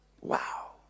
Wow